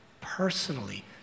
personally